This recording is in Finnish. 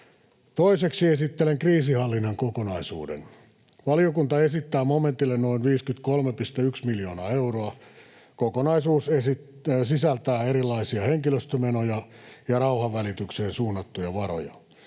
Toiseksi esittelen kriisinhallinnan kokonaisuuden. Valiokunta esittää momentille noin 53,1 miljoonaa euroa. Kokonaisuus sisältää erilaisia henkilöstömenoja ja rauhanvälitykseen suunnattuja varoja.